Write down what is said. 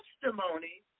testimony